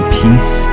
peace